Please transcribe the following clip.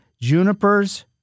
junipers